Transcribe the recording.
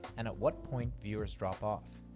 and at what point viewers drop off.